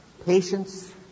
Patience